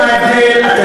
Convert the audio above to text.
חבר הכנסת אשר,